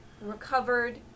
recovered